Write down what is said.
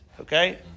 okay